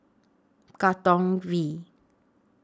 Katong V